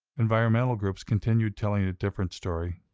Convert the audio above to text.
environmental groups continue telling a different story.